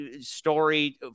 story